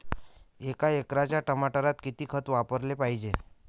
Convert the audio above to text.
एका एकराच्या टमाटरात किती खत वापराले पायजे?